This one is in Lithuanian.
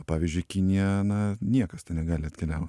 pavyzdžiui kinija na niekas ten negali atkeliaut